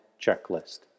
checklist